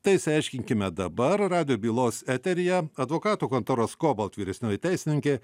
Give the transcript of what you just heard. tai išsiaiškinkime dabar radijo bylos eteryje advokatų kontoros kobalt vyresnioji teisininkė